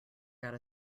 got